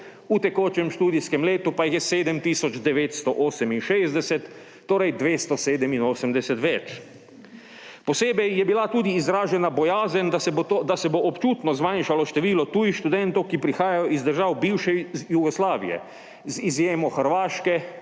v tekočem študijskem letu pa jih je 7 tisoč 968, torej 287 več. Posebej je bila tudi izražena bojazen, da se bo občutno zmanjšalo število tujih študentov, ki prihajajo iz držav bivše Jugoslavije, z izjemo Hrvaške,